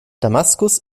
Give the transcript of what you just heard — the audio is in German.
damaskus